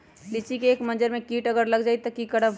लिचि क मजर म अगर किट लग जाई त की करब?